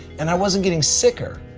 and i wasn't getting sicker.